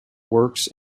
works